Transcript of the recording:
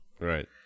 Right